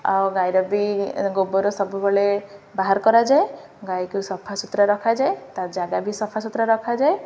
ଆଉ ଗାଈର ବି ଗୋବର ସବୁବେଳେ ବାହାର କରାଯାଏ ଗାଈକୁ ସଫା ସୁୁତୁରା ରଖାଯାଏ ତା ଜାଗା ବି ସଫା ସୁତୁରା ରଖାଯାଏ